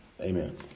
Amen